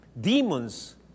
demons